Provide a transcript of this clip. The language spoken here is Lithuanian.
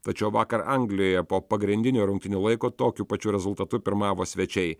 tačiau vakar anglijoje po pagrindinio rungtynių laiko tokiu pačiu rezultatu pirmavo svečiai